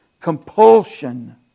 compulsion